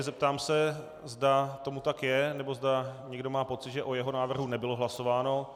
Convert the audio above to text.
Zeptám se, zda tomu tak je, nebo zda někdo má pocit, že o jeho návrhu nebylo hlasováno.